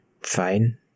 fine